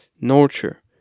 nurture